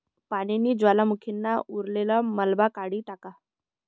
पानीनी ज्वालामुखीना उतरलेल मलबा काढी टाका